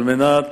על מנת